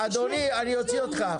אדוני, אני אוציא אותך.